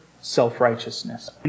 self-righteousness